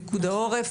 פיקוד העורף,